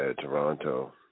Toronto